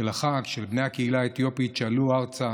החג של בני הקהילה האתיופית שעלו ארצה